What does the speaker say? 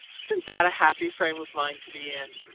isn't that a happy frame of mind to be in?